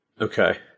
Okay